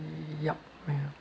mm yup